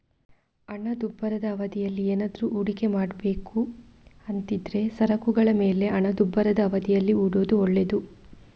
ಹಣದುಬ್ಬರದ ಅವಧಿಯಲ್ಲಿ ಏನಾದ್ರೂ ಹೂಡಿಕೆ ಮಾಡ್ಬೇಕು ಅಂತಿದ್ರೆ ಸರಕುಗಳ ಮೇಲೆ ಹಣದುಬ್ಬರದ ಅವಧಿಯಲ್ಲಿ ಹೂಡೋದು ಒಳ್ಳೇದು